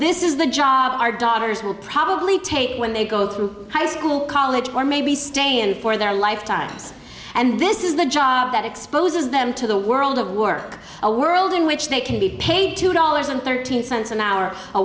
this is the job our daughters will probably take when they go through high school college or maybe stay in for their lifetimes and this is the job that exposes them to the world of work a world in which they can be paid two dollars and thirteen cents an hour a